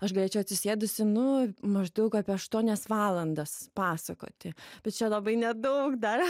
aš galėčiau atsisėdusi nu maždaug apie aštuonias valandas pasakoti bet čia labai nedaug dar